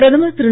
பிரதமர் திரு